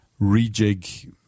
Rejig